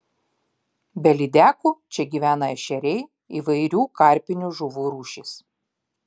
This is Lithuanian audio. be lydekų čia gyvena ešeriai įvairių karpinių žuvų rūšys